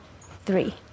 three